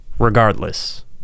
regardless